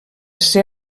ser